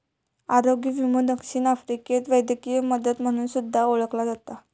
आरोग्य विमो दक्षिण आफ्रिकेत वैद्यकीय मदत म्हणून सुद्धा ओळखला जाता